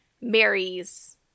marries